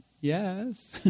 yes